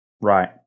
Right